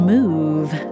Move